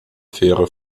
fähre